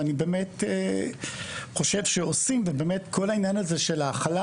ואני באמת חושב שעושים ובאמת כל העניין הזה של ההכלה